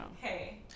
Hey